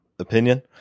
opinion